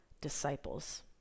disciples